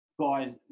guys